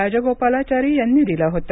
राजगोपालाचारी यांनी दिलं होतं